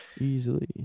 Easily